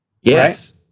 Yes